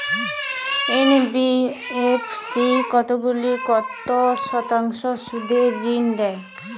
NBFC কতগুলি কত শতাংশ সুদে ঋন দেয়?